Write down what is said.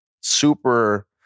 super